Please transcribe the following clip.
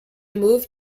moved